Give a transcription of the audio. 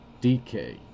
DK